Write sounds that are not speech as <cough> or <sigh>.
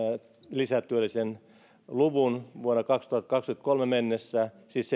lisätyöllisen luvun vuoteen kaksituhattakaksikymmentäkolme mennessä siis <unintelligible>